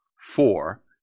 four